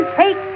take